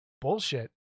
bullshit